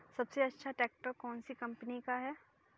सबसे अच्छा ट्रैक्टर कौन सी कम्पनी का है?